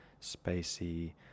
spacey